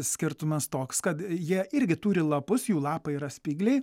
skirtumas toks kad jie irgi turi lapus jų lapai yra spygliai